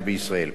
על-פי המוצע,